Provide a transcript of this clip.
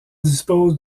dispose